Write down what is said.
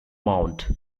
mount